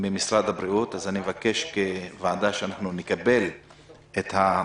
משרד הבריאות אז אני מבקש שנקבל אותן כוועדה.